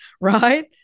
right